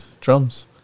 Drums